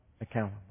accountable